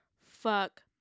fuck